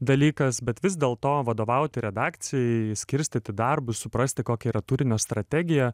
dalykas bet vis dėl to vadovauti redakcijai skirstyti darbus suprasti kokia yra turinio strategija